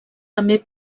també